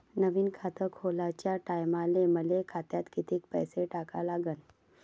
नवीन खात खोलाच्या टायमाले मले खात्यात कितीक पैसे टाका लागन?